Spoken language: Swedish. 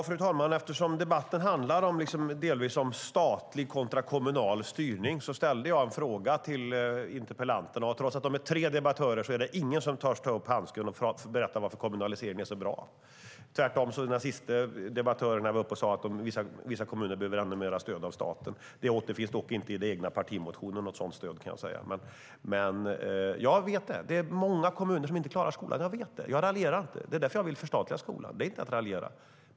Fru talman! Eftersom debatten delvis handlar om statlig kontra kommunal styrning ställde jag en fråga till interpellanten. Trots att de är tre som debatterar är det ingen som törs ta upp handsken och berätta varför kommunalisering är så bra. Tvärtom sade debattörerna i sina sista inlägg att vissa kommuner behöver ännu mer stöd från staten. Något sådant stöd återfinns dock inte i deras egna partimotioner, kan jag säga. Jag vet att det är många kommuner som inte klarar skolan. Jag raljerar inte över det. Det är därför jag vill förstatliga skolan. Det är inte att raljera.